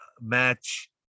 match